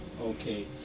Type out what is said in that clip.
Okay